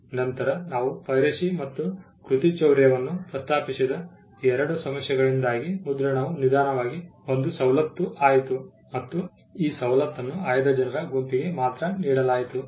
ನಂತರ ನಾವು ಪೈರಸಿ ಮತ್ತು ಕೃತಿಚೌರ್ಯವನ್ನು ಪ್ರಸ್ತಾಪಿಸಿದ ಎರಡು ಸಮಸ್ಯೆಗಳಿಂದಾಗಿ ಮುದ್ರಣವು ನಿಧಾನವಾಗಿ ಒಂದು ಸವಲತ್ತು ಆಯಿತು ಮತ್ತು ಈ ಸವಲತ್ತನ್ನು ಆಯ್ದ ಜನರ ಗುಂಪಿಗೆ ಮಾತ್ರ ನೀಡಲಾಯಿತು